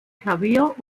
klavier